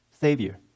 Savior